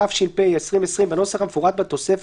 התש"ף 2020 בנוסח המפורט בתוספת,